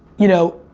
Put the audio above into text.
you know,